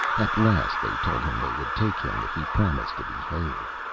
at last they told him they would take him if he promised to behave.